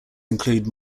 include